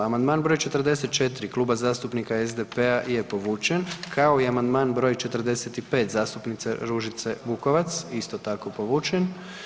Amandman br. 44 Kluba zastupnika SDP-a je povučen, kao i amandman br. 45 zastupnice Ružice Vukovac, isto tako povučen.